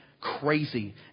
crazy